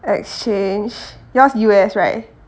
exchange yours U_S right